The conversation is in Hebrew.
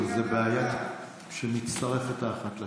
וזו בעיה שמצטרפת האחת לשנייה.